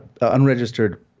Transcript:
unregistered